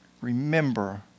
remember